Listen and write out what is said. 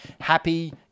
happy